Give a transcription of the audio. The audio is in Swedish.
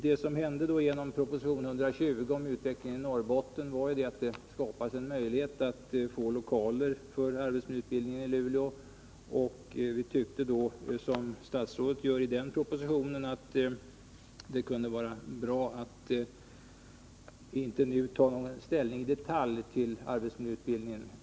Det som hände genom proposition 120 om utvecklingen i Norrbotten var att det skapades en möjlighet att få lokaler för arbetsmiljöutbildning i Luleå. Vi tyckte då liksom statsrådet i den propositionen att det kunde vara bra att inte nu ta någon ställning i detalj till arbetsmiljöutbildningen.